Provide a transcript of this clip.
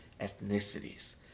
ethnicities